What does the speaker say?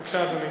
בבקשה, אדוני.